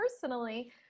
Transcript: personally